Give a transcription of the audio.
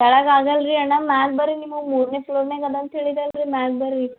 ಕೆಳಗಾಗೋಲ್ ರೀ ಅಣ್ಣ ಮೇಲ್ ಬರ್ರಿ ನಿಮಗ್ ಮೂರನೇ ಪ್ಲೋರಿನಾಗ ಇದೆ ಅಂತ ಹೇಳಿದಲ್ ರೀ ಮೇಲ್ ಬರ್ರಿ